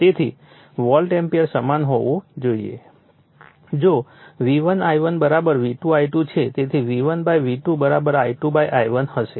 તેથી volt ampere સમાન હોવું જોઈએ જો V1 I1 V2 I2 છે તેથી V1 V2 I2 I1 હશે